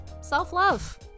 self-love